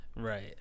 Right